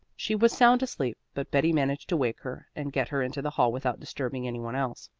she was sound asleep, but betty managed to wake her and get her into the hall without disturbing any one else.